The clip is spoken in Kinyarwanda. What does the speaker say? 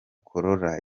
corolla